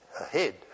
ahead